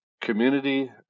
Community